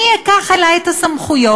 אני אקח אלי את הסמכויות,